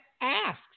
ask